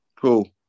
Cool